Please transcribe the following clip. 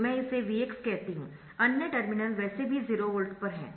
तो मैं इसे Vx कहती हूं अन्य टर्मिनल वैसे भी 0 वोल्ट पर है